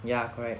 ya correct